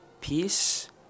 Peace